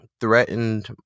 threatened